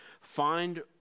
Find